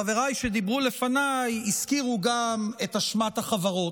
חבריי שדיברו לפניי הזכירו גם את אשמת החברות,